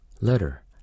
Letter